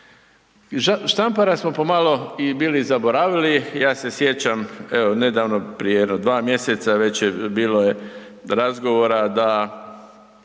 Štampara smo po malo i bili zaboravili, ja se sjećam, evo nedavno, prije jedno 2 mjeseca, već je, bilo je razgovora da